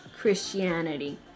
Christianity